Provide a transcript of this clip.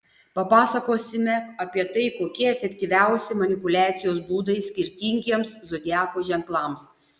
papasakosime apie tai kokie efektyviausi manipuliacijos būdai skirtingiems zodiako ženklams